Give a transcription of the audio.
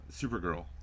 Supergirl